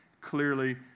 clearly